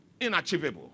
inachievable